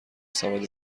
سبد